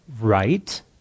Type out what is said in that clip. right